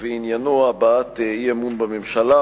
ועניינו הבעת אי-אמון בממשלה,